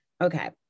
Okay